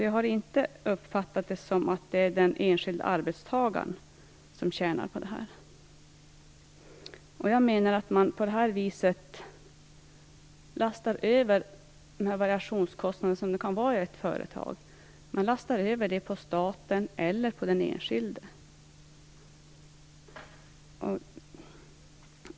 Jag har inte uppfattat det som att det är den enskilde arbetstagaren som tjänar på det här. Jag menar att man på det här viset lastar över de variationskostnader som kan finnas i ett företag. Man lastar över det på staten eller på den enskilde.